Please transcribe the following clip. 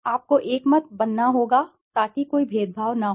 आपको एकमत बनाना होगा ताकि कोई भेदभाव न हो